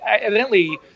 evidently